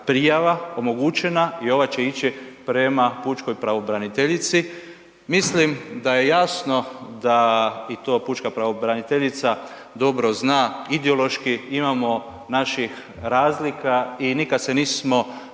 prijava omogućena i ova će ići prema pučkoj pravobraniteljici. Mislim da je jasno da i to pučka pravobraniteljica dobro zna, ideološki imamo naših razlika i nikad se nismo